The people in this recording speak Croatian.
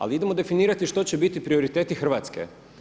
Ali idemo definirati što će biti prioriteti Hrvatske.